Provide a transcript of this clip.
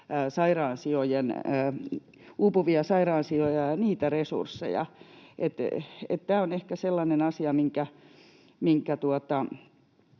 uupuvia sairaansijoja ja niitä resursseja. Tämä on ehkä sellainen asia, minkä